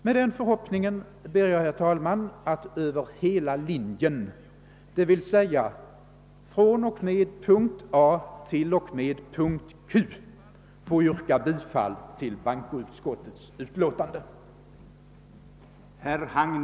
Med den förhoppningen ber jag, herr talman, att över hela linjen — d. v. s. från och med punkten A till och med punkten Q — få yrka bifall till bankoutskottets hemställan.